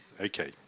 okay